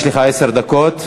יש לך עשר דקות.